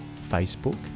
Facebook